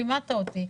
לימדת אותי,